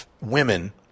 women